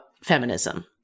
feminism